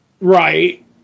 Right